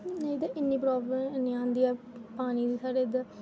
नेईं ते इन्नी प्राब्लम हैनी आंदी ऐ पानी दी साढ़े इद्धर